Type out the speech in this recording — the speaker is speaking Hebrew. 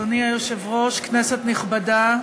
אדוני היושב-ראש, כנסת נכבדה,